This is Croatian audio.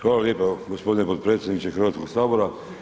Hvala lijepo gospodine podpredsjedniče Hrvatskog sabora.